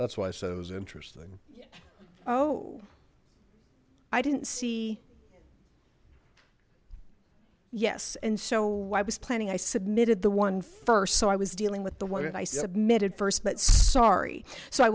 that's why i said was interesting oh i didn't see yes and so i was planning i submitted the one first so i was dealing with the one that i submitted first but sorry so i